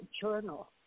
journal